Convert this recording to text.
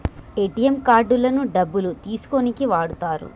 ATM కార్డులను డబ్బులు తీసుకోనీకి వాడతరు